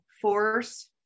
force